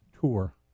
tour